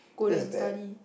that is bad